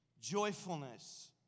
Joyfulness